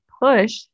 Push